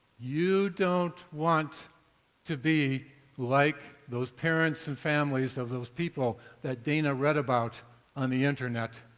you don't want to be like those parents and families of those people that dana read about on the internet,